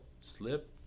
Slip